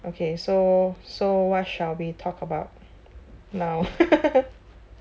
okay so so what shall we talk about now